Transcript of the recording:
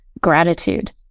gratitude